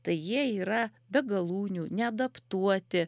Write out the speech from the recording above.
tai jie yra be galūnių neadaptuoti